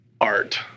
art